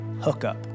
hookup